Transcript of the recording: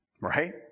Right